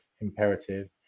imperative